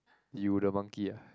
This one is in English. you the monkey ah